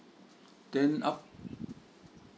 then up